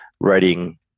writing